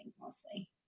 mostly